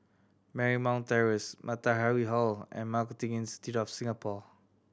Marymount Terrace Matahari Hall and Marketing Institute of Singapore